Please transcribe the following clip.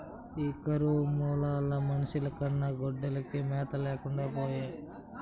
ఈ కరువు మూలాన మనుషుల కన్నా గొడ్లకే మేత లేకుండా పాయె